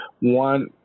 one